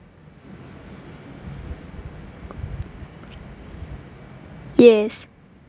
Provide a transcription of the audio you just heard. yes